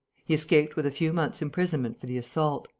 he escaped with a few months' imprisonment for the assault.